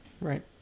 Right